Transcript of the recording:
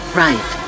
right